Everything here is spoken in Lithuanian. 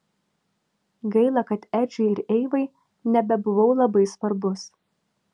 gaila kad edžiui ir eivai nebebuvau labai svarbus